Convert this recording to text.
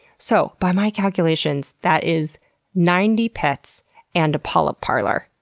so by my calculations, that is ninety pets and a polyp parlor.